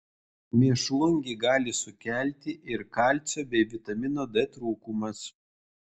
mėšlungį gali sukelti ir kalcio bei vitamino d trūkumas